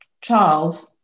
Charles